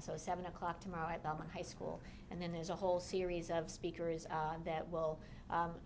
so seven o'clock tomorrow at belmont high school and then there's a whole series of speakers that will